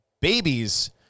babies